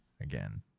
again